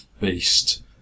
beast